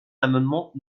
l’amendement